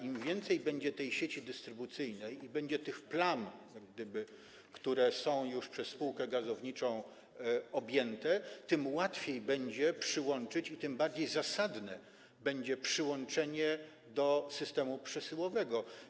Im więcej będzie tej sieci dystrybucyjnej i tych plam jak gdyby, które są już przez spółkę gazowniczą objęte, tym łatwiej będzie przyłączyć i tym bardziej zasadne będzie przyłączenie do systemu przesyłowego.